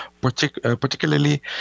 particularly